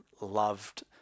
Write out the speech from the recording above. loved